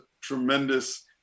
tremendous